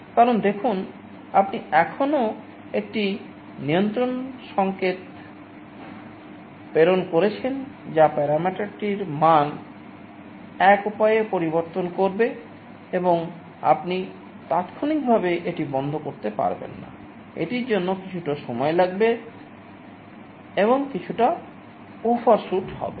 কারণ দেখুন আপনি এখনও একটি নিয়ন্ত্রণ সংকেত প্রেরণ করছেন যা প্যারামিটারটির মান এক উপায়ে পরিবর্তন করবে এবং আপনি তাত্ক্ষণিকভাবে এটি বন্ধ করতে পারবেন না এটির জন্য কিছুটা সময় লাগবে এবং কিছুটা ওভারশুট হবে